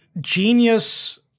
genius